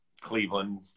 Cleveland